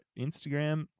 Instagram